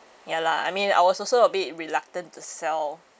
ya lah I mean I was also a bit reluctant to sell